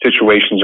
situations